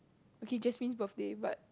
okay Jasmine's birthday but